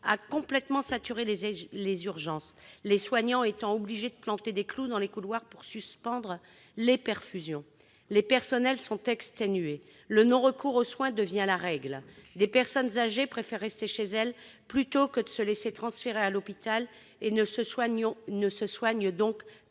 complètement saturé les urgences, les soignants étant obligés de planter des clous dans les couloirs pour suspendre les perfusions. Les personnels sont exténués. Le non-recours aux soins devient la règle. Des personnes âgées préfèrent rester chez elles plutôt que de se laisser transférer à l'hôpital et ne se soignent donc